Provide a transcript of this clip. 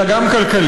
אלא גם כלכלית.